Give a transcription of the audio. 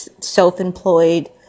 self-employed